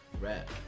rap